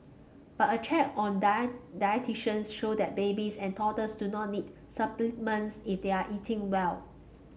but a check on dietitians shows that babies and toddlers do not need supplements if they are eating well